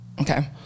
Okay